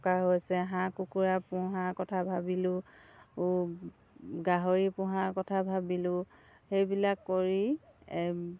থকা হৈছে হাঁহ কুকুৰা পোহাৰ কথা ভাবিলোঁ গাহৰি পোহাৰ কথা ভাবিলোঁ সেইবিলাক কৰি এই